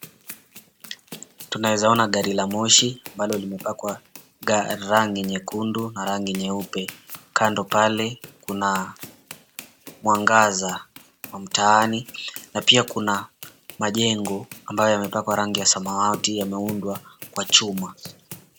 Tunaeza ona gari la moshi ambalo limepakwa rangi nyekundu na nyeupe kando pale, kuna mwangaza wa mtaani na pia kuna majengo ambayo yamepakwa rangi ya samawati wameundwa kwa chuma.